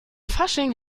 fasching